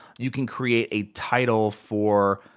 you can create a title for